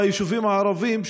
ביישובים הערביים,